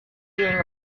being